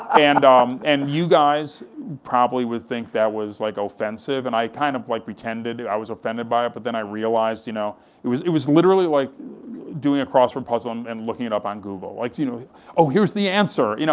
and um and you guys probably would think that was like, offensive, and i kind of like, pretended i was offended by it, but then i realized, you know it was it was literally like doing a crossword puzzle um and looking it up on google, like you know oh, here's the answer. you know